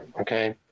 okay